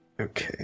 Okay